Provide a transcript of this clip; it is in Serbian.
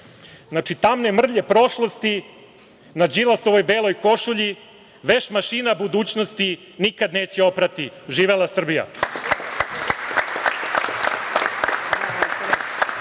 "Tamne mrlje prošlosti na Đilasovoj beloj košulji, veš mašina budućnosti nikad neće oprati".Živela Srbija.E,